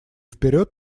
вперед